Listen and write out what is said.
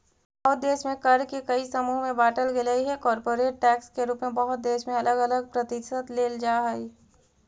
बहुते देश में कर के कई समूह में बांटल गेलइ हे कॉरपोरेट टैक्स के रूप में बहुत देश में अलग अलग कर प्रतिशत लेल जा हई